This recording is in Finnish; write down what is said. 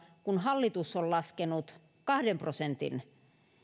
kun hallitus on laskenut kahden prosentin